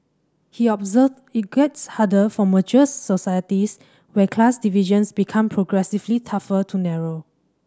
he observed it gets harder for mature societies where class divisions become progressively tougher to narrow